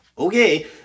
Okay